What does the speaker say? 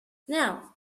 now